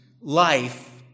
life